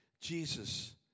Jesus